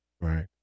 right